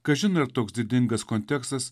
kažin ar toks didingas kontekstas